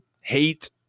hate